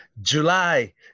July